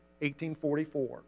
1844